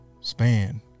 span